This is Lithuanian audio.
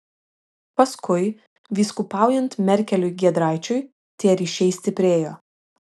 paskui vyskupaujant merkeliui giedraičiui tie ryšiai stiprėjo